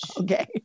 Okay